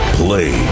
play